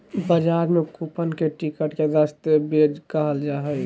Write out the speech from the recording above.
बजार में कूपन के टिकट या दस्तावेज कहल जा हइ